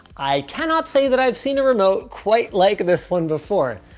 i cannot say that i've seen a remote quite like this one before.